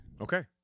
Okay